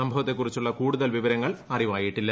സംഭവത്തെക്കുറിച്ചുള്ള കൂടുതൽ വിവരങ്ങൾ അറിവായിട്ടില്ല